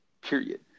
period